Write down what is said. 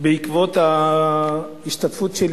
בעקבות ההשתתפות שלי